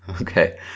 Okay